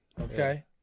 okay